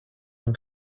and